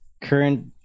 current